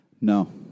No